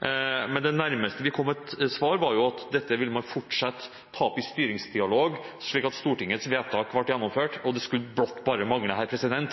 nærmeste vi kom et svar, var at dette vil man fortsatt ta opp i styringsdialogen, slik at Stortingets vedtak ble gjennomført. Det skulle blott bare mangle at ikke